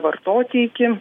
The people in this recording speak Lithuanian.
vartoti iki